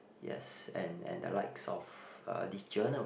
yes and and the likes of uh this journal